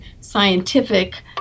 scientific